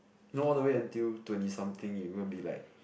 you know all the way until twenty something you're going to be like